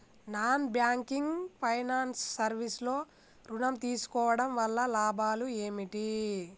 Non banking finance service లో ఋణం తీసుకోవడం వల్ల లాభాలు ఏమిటి?